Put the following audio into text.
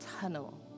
tunnel